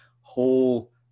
whole